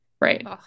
Right